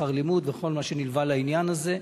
שכר לימוד וכל מה שנלווה לעניין הזה.